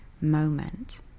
moment